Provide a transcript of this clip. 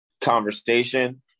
conversation